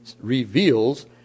reveals